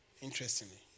Interestingly